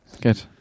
good